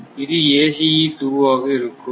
இது ACE 2 ஆக இருக்கும்